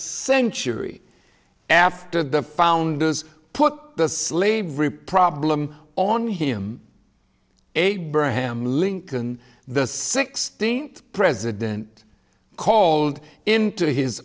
century after the founders put the slavery problem on him abraham lincoln the sixteenth president called into his